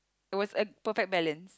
it was a perfect balance